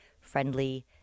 friendly